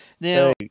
Now